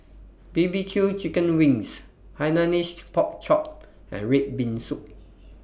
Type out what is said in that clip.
Bbq Chicken Wings Hainanese Pork Chop and Red Bean Soup